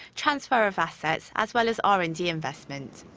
transfer of assets as well as r and d investment.